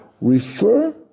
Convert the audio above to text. refer